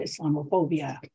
Islamophobia